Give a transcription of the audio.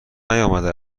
نیامده